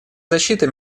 защита